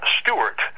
Stewart